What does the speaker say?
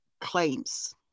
claims